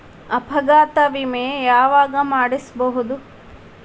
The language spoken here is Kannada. ಅಪಘಾತ ವಿಮೆ ಯಾವಗ ಮಾಡಿಸ್ಬೊದು?